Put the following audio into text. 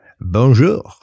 Bonjour